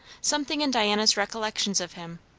something in diana's recollections of him,